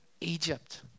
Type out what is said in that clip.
Egypt